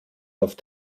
auf